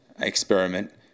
experiment